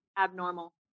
Abnormal